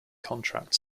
contract